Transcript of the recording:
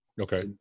Okay